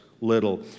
Little